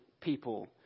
people